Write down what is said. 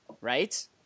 right